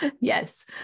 Yes